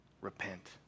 Repent